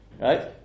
Right